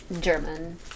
German